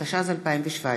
התשע"ז 2017,